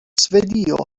svedio